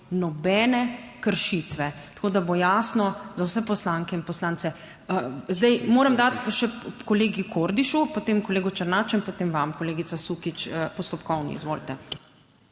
nobene kršitve. Tako da bo jasno za vse poslanke in poslance. Zdaj moram dati besedo še kolegu Kordišu, potem kolegu Černaču in potem vam, kolegica Sukič, postopkovno. Izvolite.